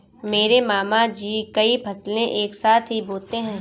मेरे मामा जी कई फसलें एक साथ ही बोते है